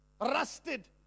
rusted